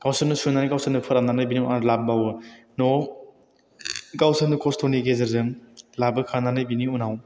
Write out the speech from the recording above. गावसोरनो सुनानै गावसोरनो फोराननानै बिनि उनाव आरो लाबोबावो न'आव गावसोरनो खस्थ'नि गेजेरजों लाबोखानानै बिनि उनाव